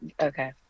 okay